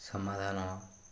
ସମାଧାନ